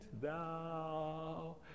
thou